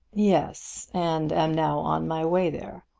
yes and am now on my way there.